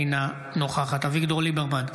אינה נוכחת אביגדור ליברמן,